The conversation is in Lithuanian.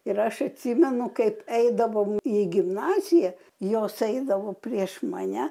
ir aš atsimenu kaip eidavom į gimnaziją jos eidavo prieš mane